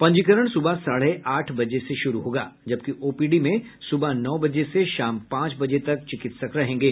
पंजीकरण सुबह साढ़े आठ बजे से शुरू होगा जबकि ओपीडी में सुबह नौ बजे से शाम पांच बजे तक चिकित्सक रहेंगे